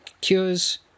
cures